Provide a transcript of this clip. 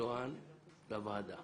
במלואן לוועדה.